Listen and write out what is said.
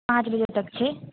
पाँच बजे तक छै